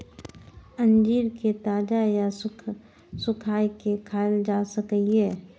अंजीर कें ताजा या सुखाय के खायल जा सकैए